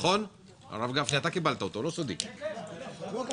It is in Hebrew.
קיבלנו את